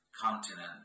continent